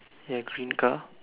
ya green car